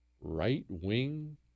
right-wing